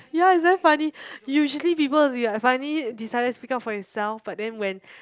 ya it's very funny usually people will be like finally decided to speak up for yourself but then when